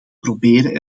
proberen